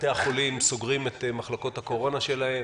בתי החולים סוגרים את מחלקות הקורונה שלהם,